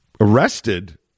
arrested